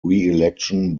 reelection